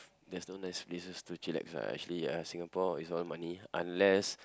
there's no nice places to chillax ah actually ya Singapore is all money unless